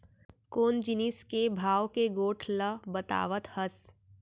कोन जिनिस के भाव के गोठ ल बतावत हस?